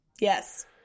Yes